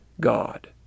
God